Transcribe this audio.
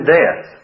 death